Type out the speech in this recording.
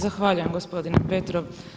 Zahvaljujem gospodine Petrov.